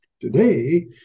Today